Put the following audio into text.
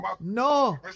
no